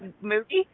movie